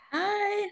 hi